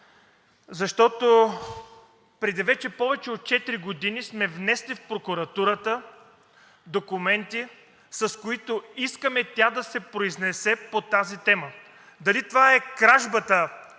защото преди повече от четири години сме внесли в прокуратурата документи, с които искаме тя да се произнесе по тази тема – дали това е кражбата